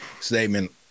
statement